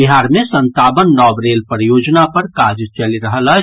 बिहार मे संतावन नव रेल परियोजना पर काज चलि रहल अछि